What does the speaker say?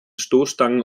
stoßstangen